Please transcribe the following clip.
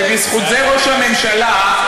שבזכות זה ראש הממשלה,